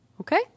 Okay